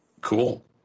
cool